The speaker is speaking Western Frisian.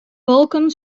wolken